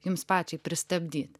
jums pačiai pristabdyt